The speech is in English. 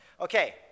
Okay